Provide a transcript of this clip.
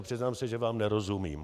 Přiznám se, že vám nerozumím.